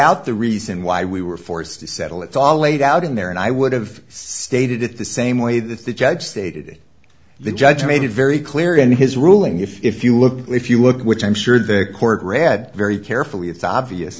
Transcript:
out the reason why we were forced to settle it's all laid out in there and i would have stated it the same way that the judge stated the judge made it very clear in his ruling if you look if you look at which i'm sure the court read very carefully it's obvious